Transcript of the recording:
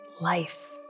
life